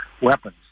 weapons